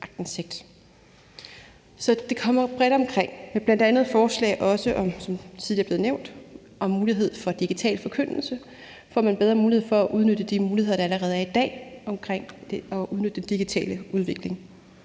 Så det kommer bredt omkring, og med bl.a. forslag om, som det tidligere er blevet nævnt, mulighed for digital forkyndelse, får man bedre mulighed for at udnytte de muligheder, der allerede er i dag om at udnytte den digitale udvikling.